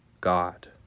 God